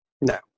No